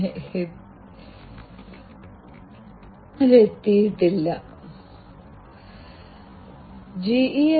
ശരീരത്തിന്റെ ഊഷ്മാവ് കാണിക്കാൻ ഞാൻ അത് അമർത്തിപ്പിടിച്ചിരിക്കുന്നു